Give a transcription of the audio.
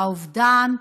האובדן,